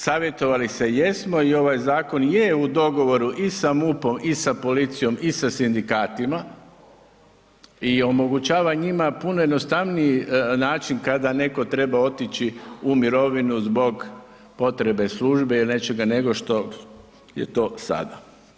Savjetovali se jesmo i ovaj zakon i je u dogovoru i sa MUP-om i sa policijom i sa sindikatima i omogućava njima puno jednostavniji način kada neko treba otići u mirovinu zbog potrebe službe il nečega nego što je to sada.